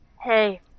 Hey